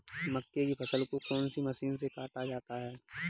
मक्के की फसल को कौन सी मशीन से काटा जाता है?